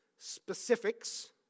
specifics